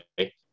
okay